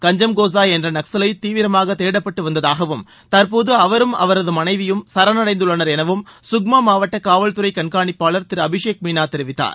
கஞ்சும் கோஸா என்ற நக்சலைட் தீவிரமாக தேடப்பட்டு வந்ததாகவும் தற்போது அவரும் அவரது மனைவியும் சரணடைந்துள்ளனர் எனவும் கக்மா மாவட்ட காவல்துறை கண்காணிப்பாளர் திரு அபிஷேக் மீனா தெரிவித்தார்